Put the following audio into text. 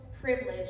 privilege